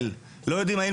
לא יודעים איך להתנהל.